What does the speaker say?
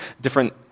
different